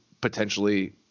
potentially